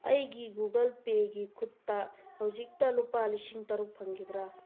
ꯑꯩꯒꯤ ꯒꯨꯒꯜ ꯄꯦꯒꯤ ꯈꯨꯠꯇ ꯍꯧꯖꯤꯛꯇ ꯂꯨꯄꯥ ꯂꯤꯁꯣꯡ ꯇꯔꯨꯛ ꯐꯪꯈꯤꯕ꯭ꯔꯥ